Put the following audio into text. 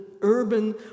urban